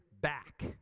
back